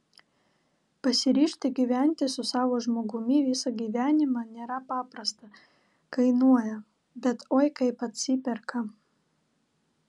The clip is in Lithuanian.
pasiryžti gyventi su savo žmogumi visą gyvenimą nėra paprasta kainuoja bet oi kaip atsiperka